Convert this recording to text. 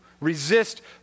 Resist